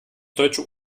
deutsche